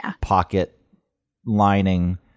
pocket-lining